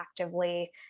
actively